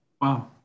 Wow